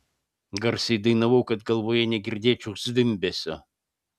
garsiai dainavau kad galvoje negirdėčiau zvimbesio